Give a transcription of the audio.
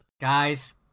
guys